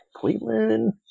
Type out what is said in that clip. Cleveland